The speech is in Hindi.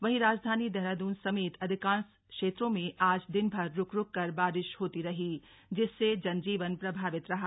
वहीं राजधानी देहरादून समेत अधिकांश क्षेत्रों में आज दिनभर रुक रुक कर बारिश होती रही जिससे जनजीवन प्रभावित रहा